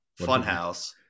Funhouse